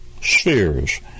spheres